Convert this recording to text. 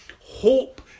hope